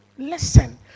listen